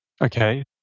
Okay